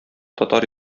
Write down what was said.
татар